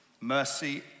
mercy